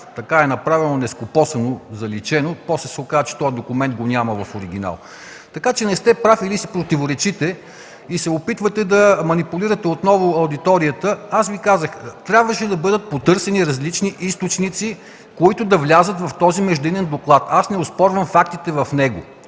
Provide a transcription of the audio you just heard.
Така е направено нескопосано, заличено, а после се оказа, че този документ го няма в оригинал. Така че не сте прав, противоречите си и се опитвате да манипулирате отново аудиторията. Аз Ви казах – трябваше да бъдат потърсени различни източници, които да влязат в този междинен доклад. Аз не оспорвам фактите в него.